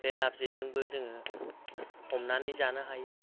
बे लाब जेजोंबो जोंङो हमनानै जानो हायो